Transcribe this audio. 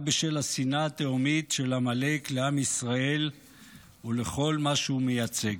רק בשל השנאה התהומית של עמלק לעם ישראל ולכל מה שהוא מייצג.